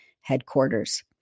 headquarters